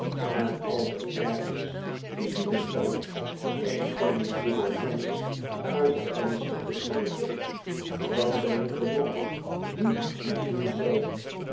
en als het ergens toe dienen kan een van die chirurgijns uit het venster te smijten dan ben ik de man die het doen zal